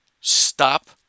Stop